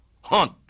hunt